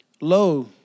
Lo